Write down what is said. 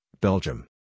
Belgium